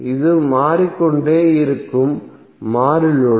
இது மாறிக்கொண்டே இருக்கும் மாறி லோடு